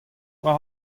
war